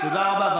תודה רבה.